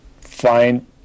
find